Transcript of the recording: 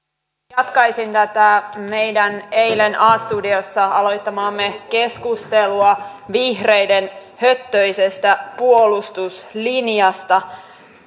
jatkaisin tätä meidän eilen a studiossa aloittamaamme keskustelua vihreiden höttöisestä puolustuslinjasta